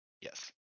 Yes